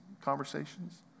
conversations